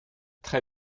très